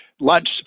lunch